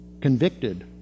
convicted